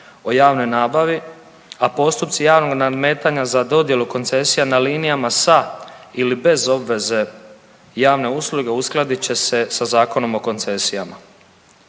o javnoj nabavi, a postupci javnog nadmetanja za dodjelu koncesija na linijama sa ili bez obveze javne usluge uskladit će se sa Zakonom o koncesijama.